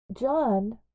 John